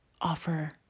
offer